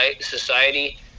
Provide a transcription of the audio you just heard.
society